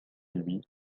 lui